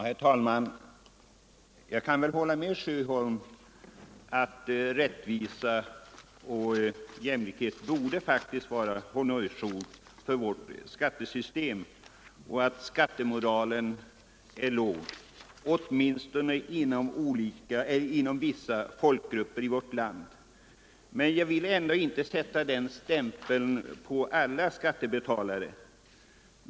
Herr talman! Jag kan hålla med herr Sjöholm om att rättvisa och jämlikhet borde vara honnörsord i vårt skattesystem samt att skattemoralen är låg, i varje fall inom vissa folkgrupper i vårt land. Jag vill emellertid ändå inte sätta den stämpeln på alla skattebetalare.